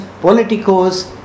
politicos